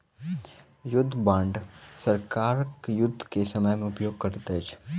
युद्ध बांड सरकार युद्ध के समय में उपयोग करैत अछि